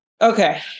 Okay